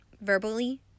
verbally